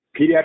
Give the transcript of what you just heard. pediatric